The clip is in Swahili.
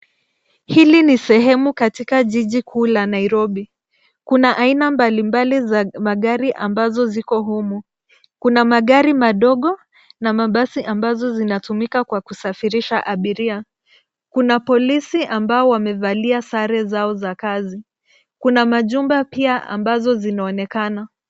Hili ni sehemu katikati jiji kuu la Nairobi. Kuna aina mbalimbali za magari ambazo ziko humu. Kuna magari madogo na mabasi ambazo zinatumika kwa kusafirisha abiria. Kuna polisi ambao wamevalia sare zao za kazi. Kuna majumba pia ambazo zinaonekana.